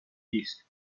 disc